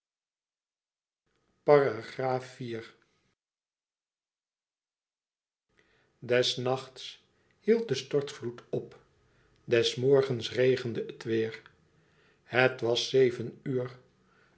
des nachts hield de stortvloed op des morgens regende het weêr het was zeven uur